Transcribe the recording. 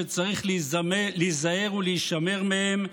שצריך להיזהר ולהישמר מהם,